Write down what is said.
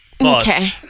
Okay